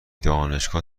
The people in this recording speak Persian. دانشگاه